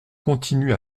continue